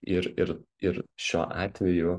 ir ir ir šiuo atveju